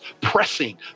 pressing